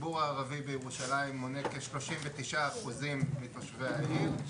הציבור הערבי בירושלים מונה כ- 39% מתושבי העיר,